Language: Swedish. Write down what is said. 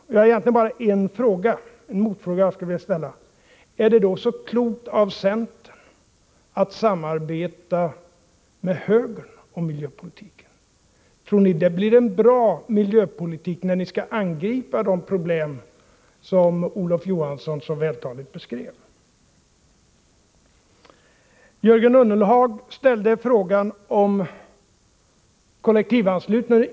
Det är egentligen bara en motfråga som jag skulle vilja ställa: Är det då så klokt av centern att samarbeta med högern om miljöpolitiken? Tror ni det blir en bra miljöpolitik när ni skall angripa de problem som Olof Johansson så vältaligt beskrev? Jörgen Ullenhag ställde frågan om kollektivanslutningen.